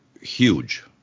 huge